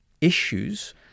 issues